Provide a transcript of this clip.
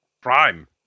prime